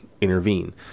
intervene